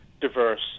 diverse